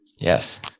Yes